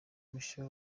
mushya